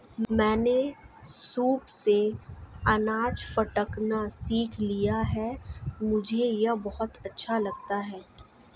मैंने सूप से अनाज फटकना सीख लिया है मुझे यह बहुत अच्छा लगता है